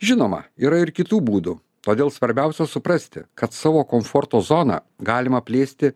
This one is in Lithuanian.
žinoma yra ir kitų būdų todėl svarbiausia suprasti kad savo komforto zoną galima plėsti